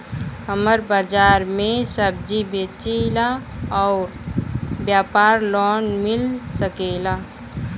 हमर बाजार मे सब्जी बेचिला और व्यापार लोन मिल सकेला?